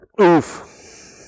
Oof